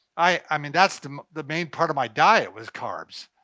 i mean that's the um the main part of my diet was carbs.